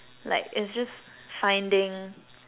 like it's just finding